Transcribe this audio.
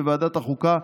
בוועדת החוקה,